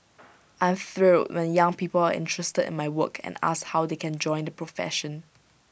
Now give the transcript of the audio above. I am thrilled when young people are interested in my work and ask how they can join the profession